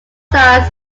stars